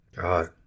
God